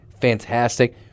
Fantastic